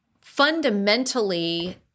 fundamentally